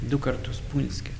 du kartus punske